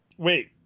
Wait